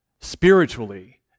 spiritually